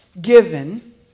given